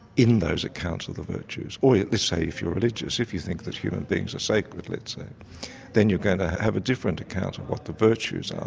in those accounts of the virtues. or let's say if you're religious, if you think that human beings are sacred, let's say then you're going to have a different account of what the virtues are,